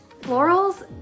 Florals